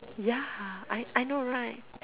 yeah I I know right